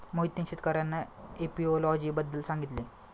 मोहितने शेतकर्यांना एपियोलॉजी बद्दल सांगितले